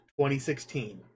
2016